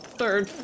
third